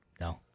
No